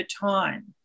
time